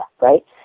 right